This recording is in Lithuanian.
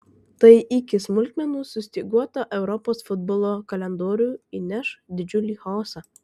tai į iki smulkmenų sustyguotą europos futbolo kalendorių įneš didžiulį chaosą